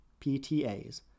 PTAs